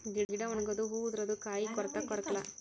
ಗಿಡಾ ಒಣಗುದು ಹೂ ಉದರುದು ಕಾಯಿ ಕೊರತಾ ಕೊರಕ್ಲಾ